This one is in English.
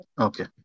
Okay